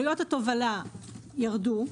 עלויות התובלה ירדו.